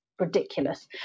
ridiculous